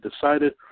decided